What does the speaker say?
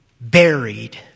buried